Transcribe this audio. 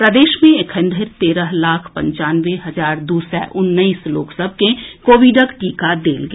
प्रदेश मे एखन धरि तेरह लाख पंचानवे हजार दू सय उन्नैस लोक सभ के कोविडक टीका देल गेल